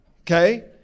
Okay